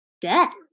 death